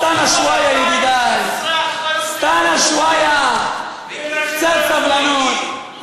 סתנא שווי, ידידי, סתנא שווי, קצת סבלנות.